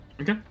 Okay